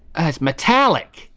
it's metallic!